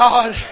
God